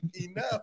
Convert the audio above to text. Enough